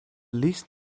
least